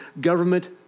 government